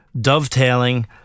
dovetailing